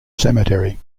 cemetery